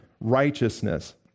righteousness